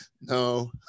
no